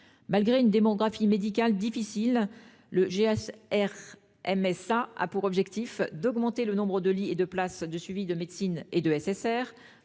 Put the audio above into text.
Malgré une démographie médicale difficile, le GHRMSA a pour objectif d'augmenter le nombre de lits et de places du service de médecine et des SSR,